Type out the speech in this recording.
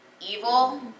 Evil